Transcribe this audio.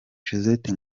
josette